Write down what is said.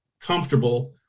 comfortable